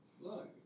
look